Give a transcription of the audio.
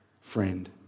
Friend